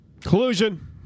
Collusion